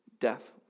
death